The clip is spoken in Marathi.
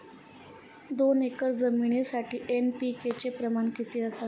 दोन एकर जमिनीसाठी एन.पी.के चे प्रमाण किती असावे?